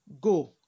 go